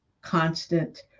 constant